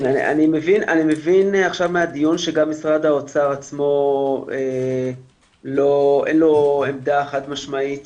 אני מבין עכשיו מהדיון שגם משרד האוצר עצמו אין לו עמדה חד משמעית